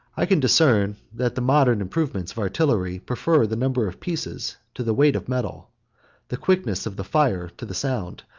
i can discern that the modern improvements of artillery prefer the number of pieces to the weight of metal the quickness of the fire to the sound,